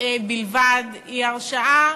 בלבד היא הרשעה